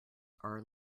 are